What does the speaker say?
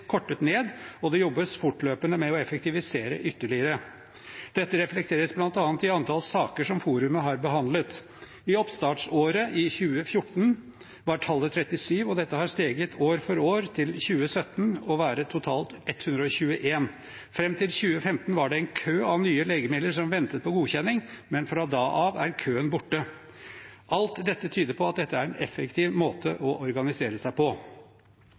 kortet ned, og det jobbes fortløpende med å effektivisere ytterligere. Dette reflekteres bl.a. i antall saker som forumet har behandlet. I oppstartsåret 2014 var tallet 37, og dette har steget år for år til i 2017 å være totalt 121. Fram til 2015 var det en kø av nye legemidler som ventet på godkjenning, men fra da av er køen borte. Alt dette tyder på at dette er en effektiv måte å organisere seg på.